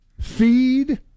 feed